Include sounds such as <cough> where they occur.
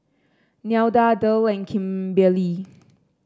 Nelda Derl and Kimberely <noise>